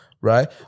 right